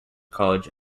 college